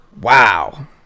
Wow